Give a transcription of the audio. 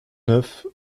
neuf